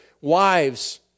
wives